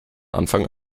anfang